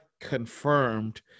confirmed